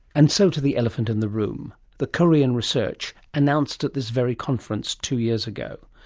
and so to the elephant in the room. the korean research announced at this very conference two years ago.